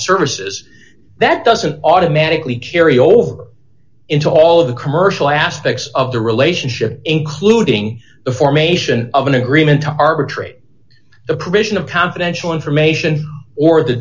services that doesn't automatically carry over into all of the commercial aspects of the relationship including the formation of an agreement to arbitrate the provision of confidential information or the